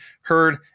heard